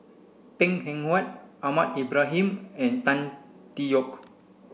Png Eng Huat Ahmad Ibrahim and Tan Tee Yoke